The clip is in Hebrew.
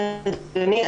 אדוני,